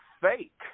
fake